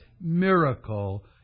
miracle